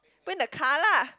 put in the car lah